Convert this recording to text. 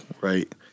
right